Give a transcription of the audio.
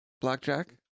Blackjack